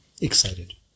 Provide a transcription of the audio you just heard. excited